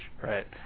right